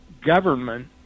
Government